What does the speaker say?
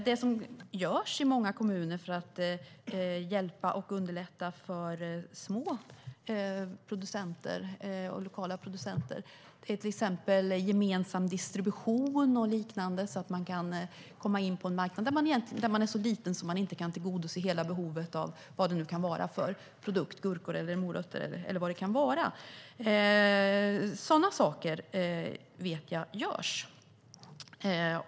Det som görs i många kommuner för att hjälpa och underlätta för små och lokala producenter är till exempel gemensam distribution och liknande så att de kan komma in på en marknad där de är för små för att tillgodose hela behovet av en produkt - gurkor, morötter eller vad det nu kan vara. Sådana saker vet jag görs.